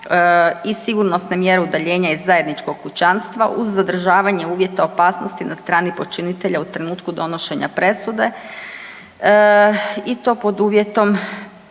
i sigurnosne mjere udaljenje iz zajedničkog kućanstva uz zadržavanje uvjeta opasnosti na strani počinitelja u trenutku donošenja presude i to pod uvjetom